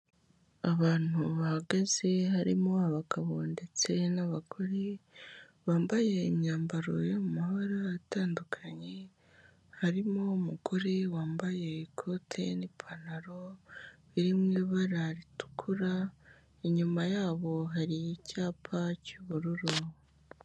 Abantu bahagaze harimo abagabo ndetse n'abagore, bambaye imyambaro yo mu mabara atandukanye, harimo umugore wambaye ikote n'ipantaro, biri mu ibara ritukura, inyuma yabo hari icyapa cy'ubururu.